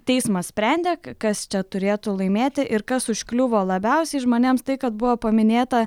teismas sprendė kas čia turėtų laimėti ir kas užkliuvo labiausiai žmonėms tai kad buvo paminėta